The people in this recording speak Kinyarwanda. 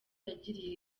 yagiriye